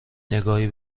نگاهی